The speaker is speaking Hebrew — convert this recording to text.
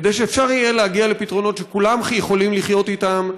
כדי שאפשר יהיה להגיע לפתרונות שכולם יכולים לחיות איתם,